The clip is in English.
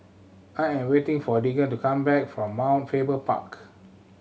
I am waiting for Deegan to come back from Mount Faber Park